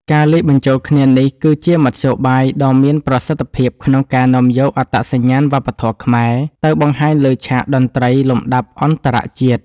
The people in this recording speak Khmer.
ការលាយបញ្ចូលគ្នានេះគឺជាមធ្យោបាយដ៏មានប្រសិទ្ធភាពក្នុងការនាំយកអត្តសញ្ញាណវប្បធម៌ខ្មែរ ទៅបង្ហាញលើឆាកតន្ត្រីលំដាប់អន្តរជាតិ។